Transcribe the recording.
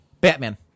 batman